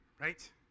right